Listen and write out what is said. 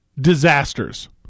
disasters